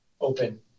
open